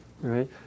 right